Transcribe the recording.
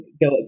go